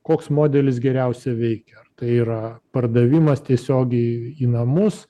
koks modelis geriausiai veikia ar tai yra pardavimas tiesiogiai į namus